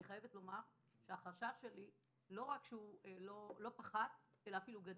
אני חייבת לומר שהחשש שלי לא רק שלא קטן אלא אפילו גדל.